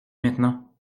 maintenant